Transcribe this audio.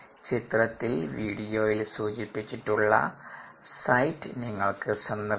ചിത്രത്തിൽ വീഡിയോയിൽ സൂചിപ്പിച്ചിട്ടുള്ള സൈറ്റ് നിങ്ങൾക്ക് സന്ദർശിക്കാം